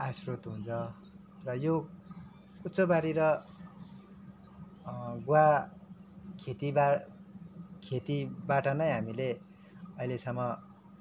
आय स्रोत हुन्छ र यो कुचोबारी र गुवा खेतीबा खेतीबाट नै हामीले अहिलेसम्म